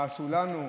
מה עשו לנו,